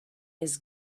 his